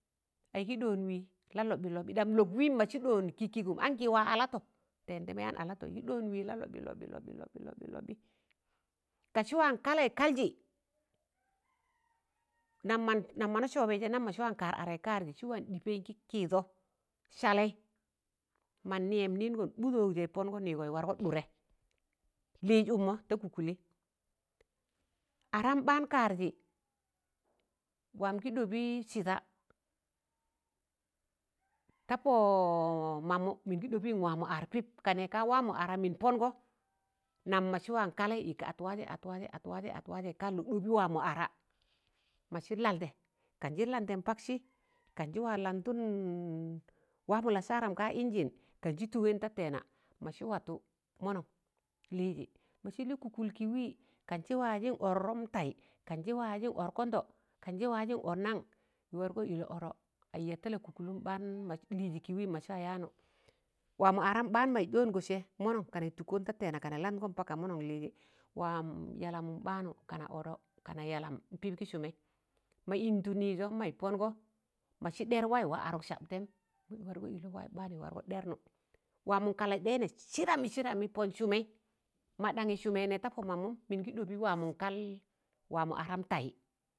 Aịgị ɗ̣ọọn wị lalọḅị lọḅị, ɗam lọk wịịm masị ɗọọn kịkkịgụm, an kị wa alatọ tẹmdẹẹmẹ yaan alatọ ị gị ɓọọn, wịlalọḅị lọḅị lọḅị lọḅị lọḅị ka sịwan kalẹị kaljị, nam mọ na sọbẹị jẹ nam mọ jị wa kar araị karjị sịwa ɗịpẹịn kị kịị dọ salẹị mọ nịyẹm nịịngọn ḅụdọt jẹ ị pọngọ nịịgọ ịz wargọ ɗụrẹ lịz ụkmọ ta kụkụlị, aram ɓaan kaarjị, wam gị ɗọ bị sịda, ta pọ mamụ mịn gị ḍọbịn wamọ ar pịp, kanẹ ka wamọ ara mịn pọngọ nam mọ sị wan kalẹị ịs at wajẹ, at wajẹ at wajẹ, kallụ dọbị wa mọ ara, masị landẹ kan jị landẹn paksị, kanjị wa landtụn wamọ lasaram kaa injin kanjị tụgẹn da tẹẹna, ma sị watọ mọnọṇ lịzị masị lị kụkụl kị wị kan jị wa ọrrọm taị, kan jị wa yajịn ọr kọndọ, kanjị wa yajịn ọr nan? wargọ ịl ọrọ as ya da lakụkụl ɓaan lịzị kị wị majị wa yaanụ wa mọ aram ḅaan mọị ḍọọngọ sẹ mọnọn ka nas tụkọn da tẹẹna kana landgọn paka mọnọn lịzị, wam yalamụm baanụ kana ọrọ kana yalam m'pịp gị sụmẹị mọ yịltụ nịịzọm maị pọngọ majị ḍẹr waị wa arụk sabtẹm is wargọ ịlọ waị ḅaanụ ịs war gọ dẹmụ, wamọ kalẹḍẹị nẹ sịdamị sịdamị pọn sụmẹị ma daṉị sụmẹị nẹ tapọ manụm, mịn gị ḍọpẹị wamọ kal aram taị.